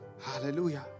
Hallelujah